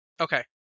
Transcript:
Okay